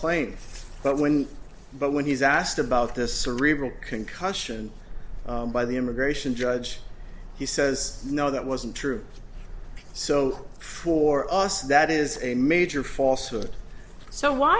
claim but when but when he's asked about this cerebral concussion by the immigration judge he says no that wasn't true so for us that is a major false what so why